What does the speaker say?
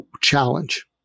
challenge